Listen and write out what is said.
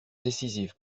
décisive